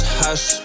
hush